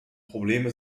probleme